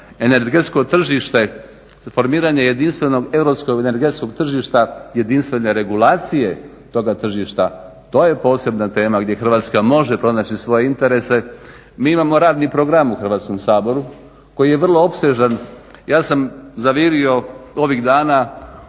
Energetsko tržište, formiranje jedinstvenog europskog energetskog tržišta, jedinstvene regulacije toga tržišta, to je posebna tema gdje Hrvatska može pronaći svoje interese. Mi imamo radni program u Hrvatskom saboru koji je vrlo opsežan. Ja sam zavirio ovih dana